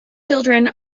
children